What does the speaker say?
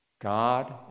God